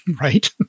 Right